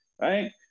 right